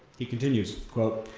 he continues, quote,